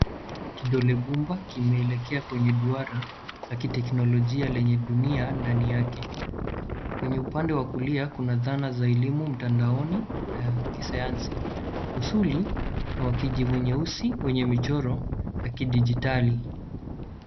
Kidole gumba kimeelekea kwenye duara ya kiteknolojia lenye dunia ndani yake. Kwenye upande wa kulia kuna dhana za elimu mtandaoni na kisayansi. Usuli ni wa kijivu nyeusi wenye michoro, ya kidijitali.